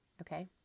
Okay